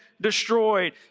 destroyed